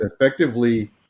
effectively